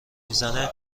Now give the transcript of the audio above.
میزنه